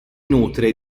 nutre